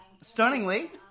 stunningly